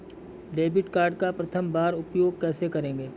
Debit card का प्रथम बार उपयोग कैसे करेंगे?